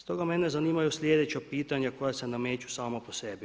Stoga mene zanimaju sljedeća pitanja koja se nameću sama po sebi.